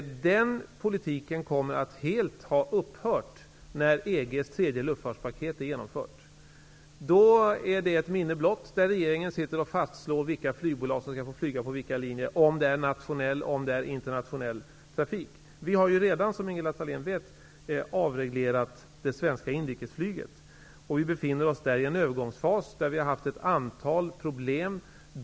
Den politiken kommer att helt ha upphört när EG:s tredje luftfartspaket är genomfört. Då är det ett minne blott att regeringen sitter och fastslår vilka flygbolag som skall få flyga på vilka linjer när det gäller nationell och internationell trafik. Vi har ju redan, som Ingela Thalén vet, avreglerat det svenska inrikesflyget. Vi befinner oss i en övergångsfas. Vi har haft ett antal problem.